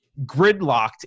gridlocked